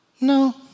no